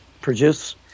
produce